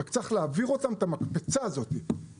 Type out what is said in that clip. רק צריך להעביר אותם את המקפצה הזו שהשתלבו.